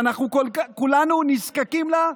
שאנחנו כולנו נזקקים לה,